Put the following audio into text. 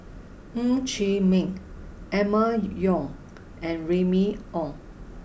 Ng Chee Meng Emma Yong and Remy Ong